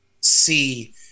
see